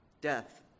death